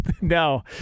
No